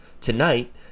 tonight